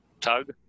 Tug